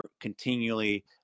continually